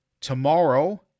tomorrow